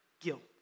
guilt